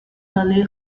ali